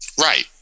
Right